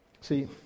See